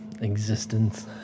existence